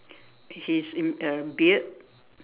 he's in a beard